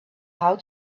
how